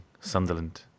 Sunderland